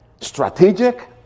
strategic